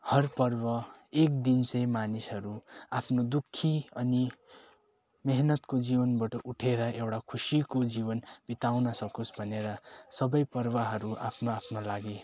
हर पर्व एकदिन चाहिँ मानिसहरू आफ्नो दुःखी अनि मेहनतको जीवनबाट उठेर एउटा खुसीको जीवन बिताउन सकोस् भनेर सबै पर्वहरू आफ्ना आफ्ना लागि